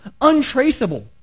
untraceable